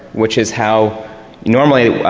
which is how normally,